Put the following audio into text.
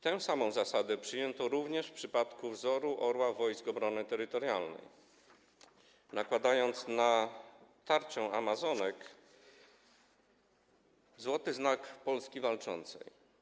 Tę samą zasadę przyjęto również w przypadku wzoru orła Wojsk Obrony Terytorialnej, nakładając na tarczę amazonek złoty Znak Polski Walczącej.